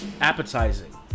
appetizing